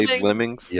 Lemmings